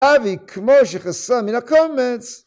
עדי, כמו שחסם, מן הקומץ!